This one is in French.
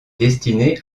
destinée